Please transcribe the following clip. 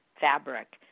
fabric